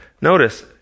Notice